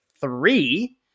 Three